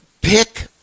pick